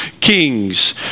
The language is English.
kings